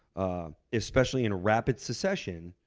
ah especially in a rapid succession,